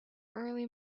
early